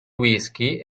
whisky